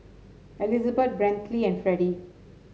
Elizabet Brantley and Freddie